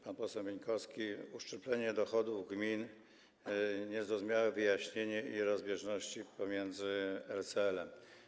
Pan poseł Bańkowski: uszczuplenie dochodów gmin, niezrozumiałe wyjaśnienie i rozbieżności pomiędzy RCL-em.